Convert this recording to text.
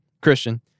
Christian